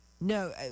No